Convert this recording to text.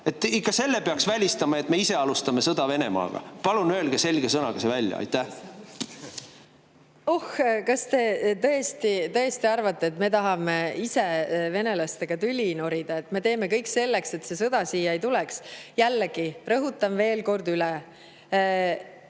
teha. Selle peaks ikka välistama, et me alustame ise sõda Venemaaga. Palun öelge selge sõnaga see välja. Oh, kas te tõesti arvate, et me tahame venelastega tüli norida? Me teeme kõik selleks, et see sõda siia ei tuleks. Jällegi, rõhutan veel kord üle: